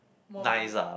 morbid